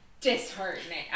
disheartening